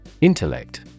Intellect